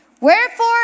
Wherefore